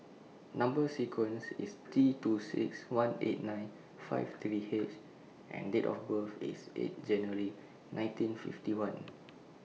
Number sequence IS T two six one eight nine five three H and Date of birth IS eight January nineteen fifty one